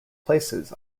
places